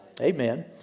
amen